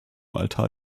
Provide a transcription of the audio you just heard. altar